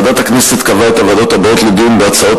ועדת הכנסת קבעה את הוועדות הבאות לדיון בהצעות